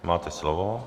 Máte slovo.